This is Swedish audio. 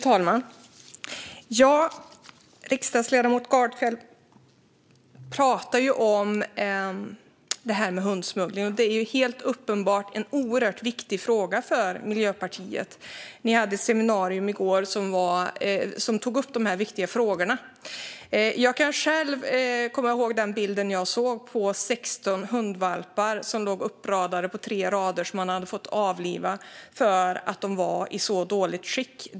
Fru talman! Riksdagsledamoten Gardfjell pratar om hundsmuggling. Det är uppenbart en viktig fråga för Miljöpartiet, för ni hade ett seminarium i går om detta. Jag minns en bild jag såg på 16 hundvalpar som låg uppradade i tre rader och som man hade fått avliva för att de var i så dåligt skick.